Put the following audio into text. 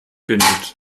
bindet